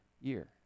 year